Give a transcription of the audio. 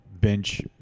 bench